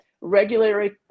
regulatory